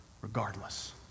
Regardless